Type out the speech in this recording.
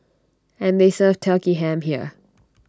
and they serve turkey ham here